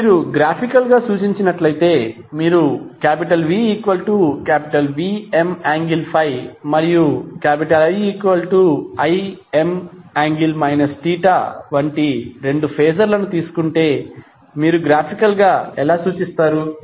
ఇప్పుడు మీరు గ్రాఫికల్ గా సూచించినట్లైతే మీరు VVm∠∅ మరియు IIm∠ θ వంటి రెండు ఫేజర్ లను తీసుకుంటే మీరు గ్రాఫికల్గా ఎలా సూచిస్తారు